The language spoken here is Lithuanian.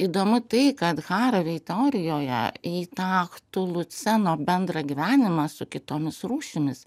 įdomu tai kad haravei teorijoje į tą chtuluceno bendrą gyvenimą su kitomis rūšimis